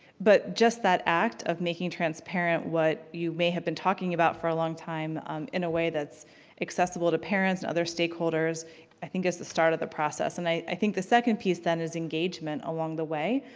but just that act of making transparent what you may have been talking about for a long time in a way that's accessible to parents and other stakeholders i think it's the start of the process. and i think the second piece then is engagement along the way,